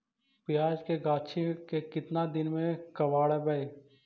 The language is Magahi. प्याज के गाछि के केतना दिन में कबाड़बै?